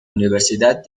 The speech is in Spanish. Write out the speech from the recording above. universidad